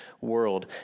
world